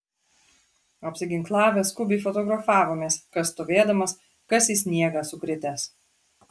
apsiginklavę skubiai fotografavomės kas stovėdamas kas į sniegą sukritęs